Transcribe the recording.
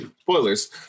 Spoilers